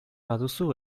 baduzu